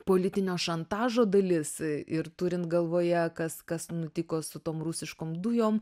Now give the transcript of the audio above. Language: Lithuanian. politinio šantažo dalis ir turint galvoje kas kas nutiko su tom rusiškom dujom